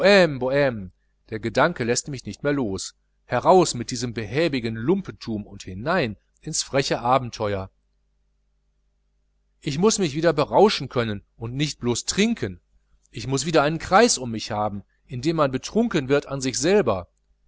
der gedanke läßt mich nicht mehr los heraus aus diesem behäbigen lumpentum und hinein in freche abenteuer ich muß mich wieder berauschen können und nicht blos trinken ich muß wieder einen kreis um mich haben in dem man betrunken wird an sich selber